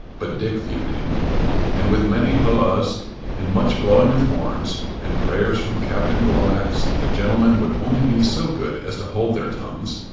but dick viewed him and with many holloas and much blowing of horns, and prayers from captain glomax that gentlemen would only be so good as to hold their tongues,